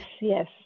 yes